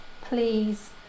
please